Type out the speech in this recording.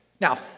Now